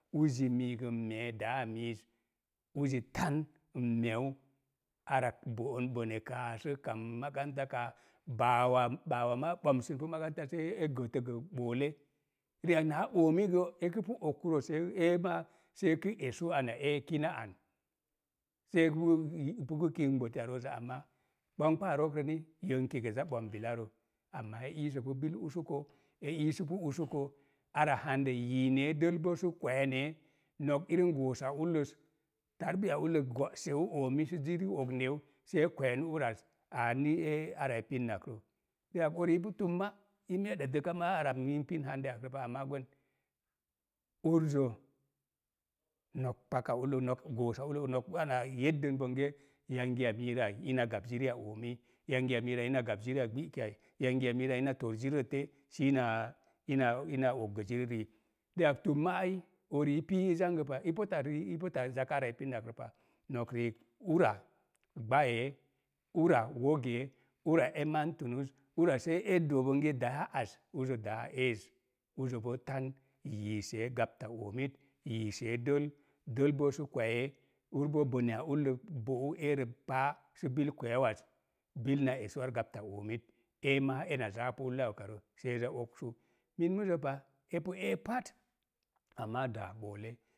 Uzi miigo n mee daa miiz, uzi n meeu ara bo'on kaa sə kamn makaranta kaa ɓomsən po makaranta see e gətə gə bille. Ri'ak naa oomi gə, ekəpu okurə so eemaa see kə esu ina ee kino ari, see pu kink roozə amaa, bomgbaa rook rə ni gə zaa ɓom bilarə. Amaa e ilso pu bil usuko, e iisupu usuko, ara yiinee dəl bo sə kweenee, nok irəm goosa ulləs, go'seu oomi sə zirii ogneu see kweenu uraz, aa ni ee ara e pinnak rə. Ri'ak unii pu tamma i keeda dəka ara mii pin akro pa, amaa gween, uzə nok paka ullək nok goossa ulləs, nok anaa bonge, yangiya mirə ai ina gab ziiri a oomii, yangiya mirə'ai ina gab ziriya gbikiyai, yangiya miirə ai ina tor zirirə te sii na oggə ziri rii. Ri'ak tomma ai, uri i pii i zangəpa, i zaka ava e pinnak rə pa, nok riik ura gbayee, ura wogee, ura e ura see e doo bonge daa az, uzə daa eez. Uzə boo yiisee gabta oomit, yiisee dəl, dəl boo sə kweyee, ur bo bo'ou erəpaa sə bil kweu az, bil na esu ar gapta oomit. Ee maa ena zaapu ulla ukaro see za oksu. Min muzə pa, epu ee amaa ɗá belle.